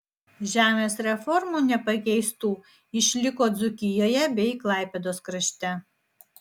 žemės reformų nepakeistų išliko dzūkijoje bei klaipėdos krašte